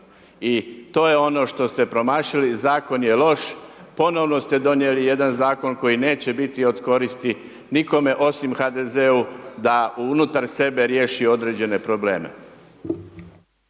I to je ono što ste promašili, Zakon je loš, ponovno ste donijeli jedan Zakon koji neće biti od koristi nikome, osim HDZ-u da unutar sebe riješi određene probleme.